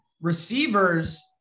receivers